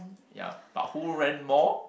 ya but who ran more